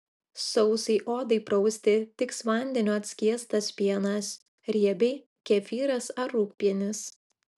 sausai odai prausti tiks vandeniu atskiestas pienas riebiai kefyras ar rūgpienis